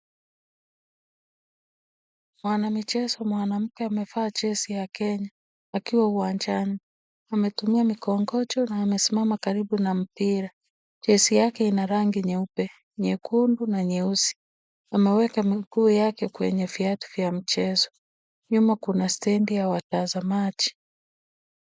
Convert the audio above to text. Mwanamichezo mwanamke amevaa jezi ya Kenya akiwa uwanjani. Ametumia mikongojo na amesimama karibu na mpira. Jezi yake ina rangi nyeupe, nyekundu na nyeusi. Ameweka miguu yake kwenye viatu vya mchezo. Nyuma kuna stendi ya watazamaji.